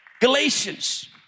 Galatians